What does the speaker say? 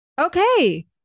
okay